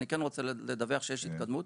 אני כן רוצה לדווח שיש התקדמות,